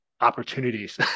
opportunities